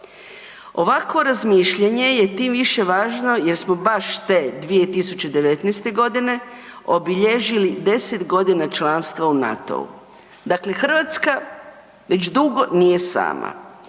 Ovakvo razmišljanje je tim više važno jer smo baš te 2019. godine obilježili 10 godina članstva u NATO-u. Dakle, Hrvatska već dugo nije sama.